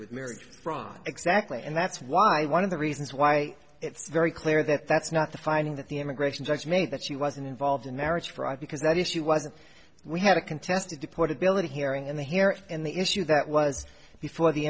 with marriage fraud exactly and that's why one of the reasons why it's very clear that that's not the finding that the immigration judge meant that she wasn't involved in marriage fraud because that issue wasn't we had a contest to deport ability hearing in the here and the issue that was before the